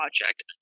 project